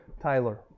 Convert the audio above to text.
Tyler